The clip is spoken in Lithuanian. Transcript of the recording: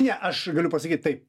ne aš galiu pasakyt taip